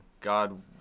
God